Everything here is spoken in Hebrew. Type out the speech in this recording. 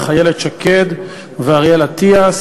איילת שקד ואריאל אטיאס,